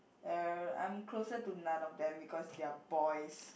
uh I'm closer to none of them because their boys